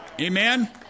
Amen